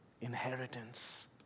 inheritance